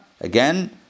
Again